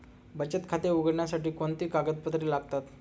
बचत खाते उघडण्यासाठी कोणती कागदपत्रे लागतात?